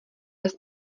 bez